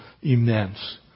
immense